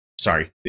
Sorry